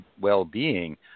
well-being